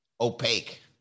opaque